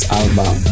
album